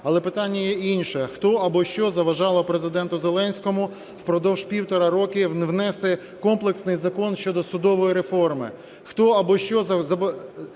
Але питання є інше. А хто або що заважало Президенту Зеленському впродовж півтора роки внести комплексний закон щодо судової реформи? Хто або що перешкоджало